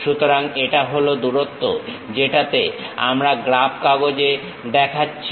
সুতরাং এটা হল দূরত্ব যেটাতে আমরা গ্রাফ কাগজে দেখাচ্ছি